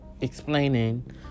explaining